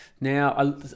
Now